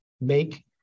make